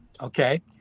Okay